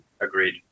Agreed